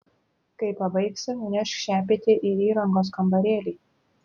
kai pabaigsi nunešk šepetį į įrangos kambarėlį